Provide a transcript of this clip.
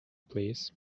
please